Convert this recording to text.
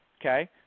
Okay